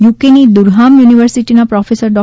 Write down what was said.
યુકેની Durham યુનિવર્સિટીના professor ડો